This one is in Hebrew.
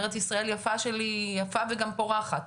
"ארץ ישראל שלי יפה וגם פורחת",